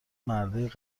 مردای